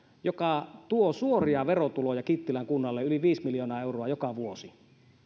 joka tuo suoria verotuloja kittilän kunnalle yli viisi miljoonaa euroa joka vuosi